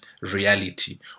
reality